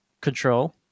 control